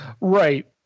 Right